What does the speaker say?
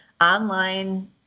online